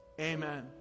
amen